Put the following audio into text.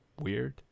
weird